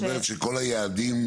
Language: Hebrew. את אומרת שכל היעדים,